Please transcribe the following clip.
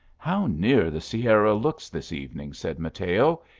how near the sierra looks this evening! said mateo,